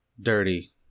Dirty